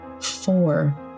four